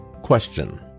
question